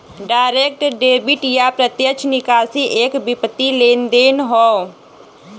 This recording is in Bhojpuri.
डायरेक्ट डेबिट या प्रत्यक्ष निकासी एक वित्तीय लेनदेन हौ